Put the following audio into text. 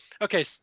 Okay